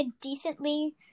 decently